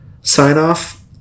sign-off